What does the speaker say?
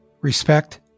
respect